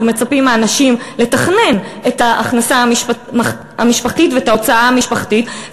אנחנו מצפים מאנשים לתכנן את ההכנסה המשפחתית ואת ההוצאה המשפחתית,